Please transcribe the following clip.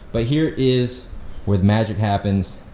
but here is where the magic happens.